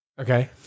Okay